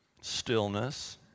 stillness